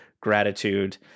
gratitude